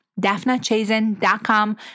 daphnachazen.com